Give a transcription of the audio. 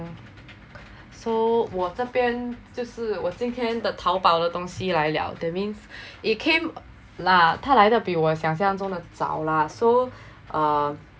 so 我这边就是我今天的 Taobao 的东西来了 that means it came lah 它来得比我想象中的早啦:ta de bi wo xiang xiang zhong de zao la so um